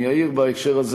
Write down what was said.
אני אעיר בהקשר הזה,